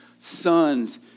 sons